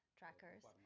trackers